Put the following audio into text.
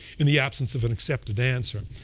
in the absence of an accepted answer,